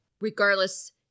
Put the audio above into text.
Regardless